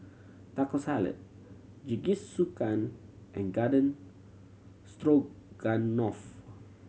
Taco Salad Jingisukan and Garden Stroganoff